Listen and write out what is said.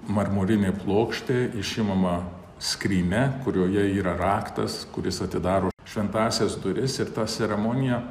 marmurinė plokštė išimama skrynia kurioje yra raktas kuris atidaro šventąsias duris ir ta ceremonija